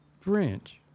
French